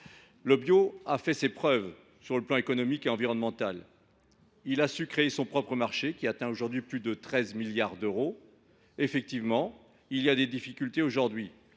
bio a fait ses preuves en matière économique et environnementale. Il a su créer son propre marché, qui atteint aujourd’hui plus de 13 milliards d’euros. S’il connaît des difficultés aujourd’hui,